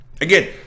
Again